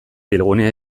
bilgunea